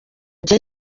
gihe